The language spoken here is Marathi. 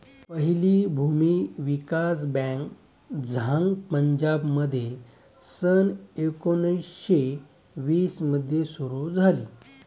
पहिली भूमी विकास बँक झांग पंजाबमध्ये सन एकोणीसशे वीस मध्ये सुरू झाली